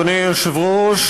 אדוני היושב-ראש,